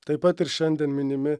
taip pat ir šiandien minimi